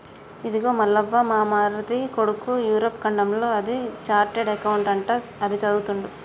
ఇదిగో మల్లవ్వ మా మరిది కొడుకు యూరప్ ఖండంలో అది చార్టెడ్ అకౌంట్ అంట అది చదువుతుండు